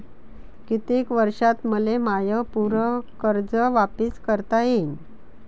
कितीक वर्षात मले माय पूर कर्ज वापिस करता येईन?